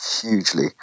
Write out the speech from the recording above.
hugely